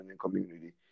community